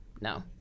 No